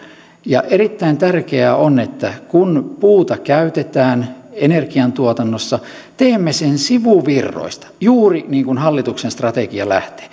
ja erittäin tärkeää on että kun puuta käytetään energiantuotannossa teemme sen sivuvirroista juuri niin kuin hallituksen strategia lähtee